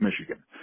Michigan